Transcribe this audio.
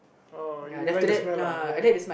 oh where the smell lah the